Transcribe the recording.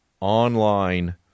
online